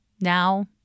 now